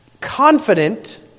confident